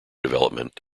development